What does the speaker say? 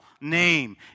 name